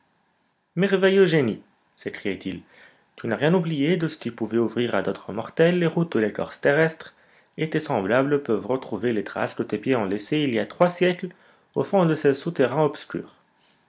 merveilleux génie s'écriait-il tu n'as rien oublié de ce qui pouvait ouvrir à d'autres mortels les routes de l'écorce terrestre et tes semblables peuvent retrouver les traces que tes pieds ont laissées il y trois siècles au fond de ces souterrains obscurs